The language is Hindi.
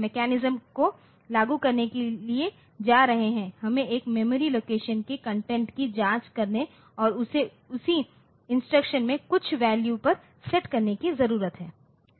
मैकेनिज्म को लागू करने के लिए जा रहे हैं हमें एक मेमोरी लोकेशन के कंटेंट की जांच करने और उसे उसी इंस्ट्रक्शन में कुछ वैल्यू पर सेट करने की जरूरत है